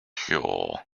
shore